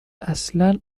اصلا